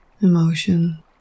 emotion